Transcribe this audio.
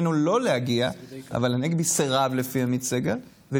עומר ינקלביץ' מתחייבת אני חילי טרופר,